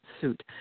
suit